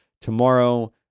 tomorrow